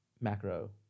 macro